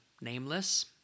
nameless